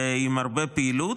ועם הרבה פעילות.